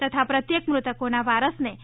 તથા પ્રત્યેક મૃતકોના વારસને રૂ